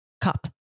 cup